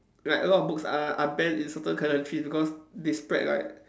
like a lot of books are are banned in certain countries because they spread like